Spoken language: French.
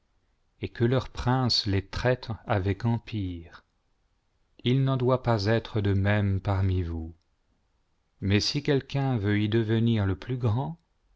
et que leurs princes les traitent avec empire il n'en doit pas être de même parmi vous mais si quelq uun veut devenir le plus grand